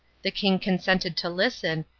the king consented to listen,